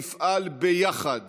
נפעל ביחד